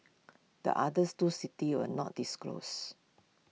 the others two cities were not disclosed